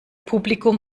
publikum